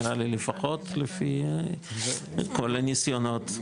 נראה לי לפחות, לפי כל הניסיונות.